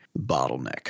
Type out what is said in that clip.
bottleneck